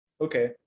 Okay